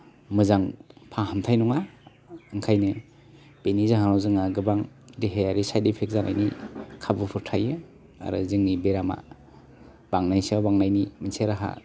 मोजां फाहामथाइ नङा ओंखायनो बेनि जाहोनाव जोंहा गोबां देहायारि साइद एफेक्ट जानायनि खाबुफोर थायो आरो जोंनि बेरामा बांनाय सायाव बांनायनि मोनसे राहा